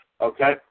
okay